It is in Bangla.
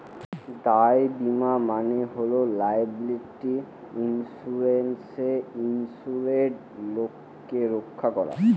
দায় বীমা মানে হল লায়াবিলিটি ইন্সুরেন্সে ইন্সুরেড লোককে রক্ষা করা